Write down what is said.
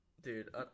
Dude